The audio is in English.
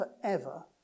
forever